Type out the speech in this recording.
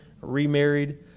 remarried